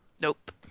Nope